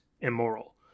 immoral